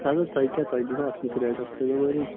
اہن حظ تۄہہِ کیٛاہ تۄہہِ دِمہو اَصلِس ریٹَس تُہۍ ؤنِو